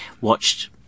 watched